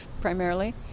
primarily